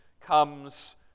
comes